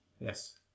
Yes